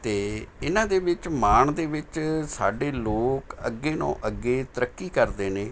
ਅਤੇ ਇਹਨਾਂ ਦੇ ਵਿੱਚ ਮਾਣ ਦੇ ਵਿੱਚ ਸਾਡੇ ਲੋਕ ਅੱਗੇ ਨੂੰ ਅੱਗੇ ਤਰੱਕੀ ਕਰਦੇ ਨੇ